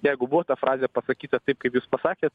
jeigu buvo ta frazė pasakyta taip kaip jūs pasakėt